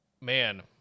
Man